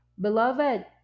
Beloved